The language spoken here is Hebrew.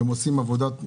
אתם עושים עבודה.